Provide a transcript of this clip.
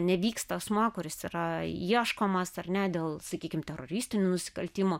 nevyksta asmuo kuris yra ieškomas ar ne dėl sakykim teroristinių nusikaltimų